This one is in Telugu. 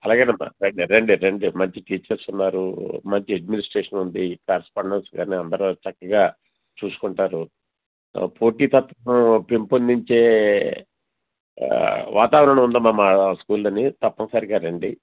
అలాగే అమ్మా రండి రండి రండి మంచి టీచర్స్ ఉన్నారు మంచి అడ్మినిస్ట్రేషన్ ఉంది కారెస్పాండెంట్స్ గాని అందరు చక్కగా చూసుకుంటారు పోటీ తప్పపెంపొందించే వాతావరణం ఉంది అమ్మ మా స్కూల్లో తప్పనిసరిగా రండి